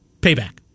Payback